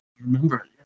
remember